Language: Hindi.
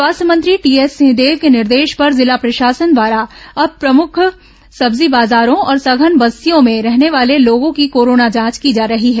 स्वास्थ्य मंत्री टीएस सिंहदेव के निर्देश पर जिला प्रशासन द्वारा अब प्रमुख सब्जी बाजारों और संघन बस्तियों में रहने वाले लोगों की कोरोना जांच की जा रही है